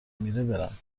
میره، برم